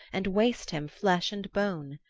and waste him flesh and bone.